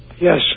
Yes